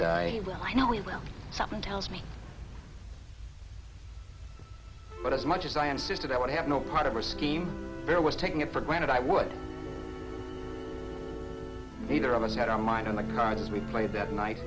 will something tells me but as much as i insisted i would have no part of a scheme there was taking it for granted i would neither of us got our mind on the cards we played that night